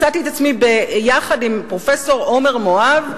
מצאתי את עצמי מתראיינת ביחד עם פרופסור עומר מואב,